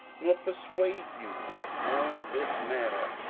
nor persuade you on this manner,